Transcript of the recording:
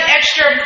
extra